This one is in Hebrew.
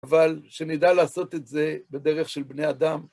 אבל שנדע לעשות את זה בדרך של בני אדם.